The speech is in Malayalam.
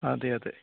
അതെ അതെ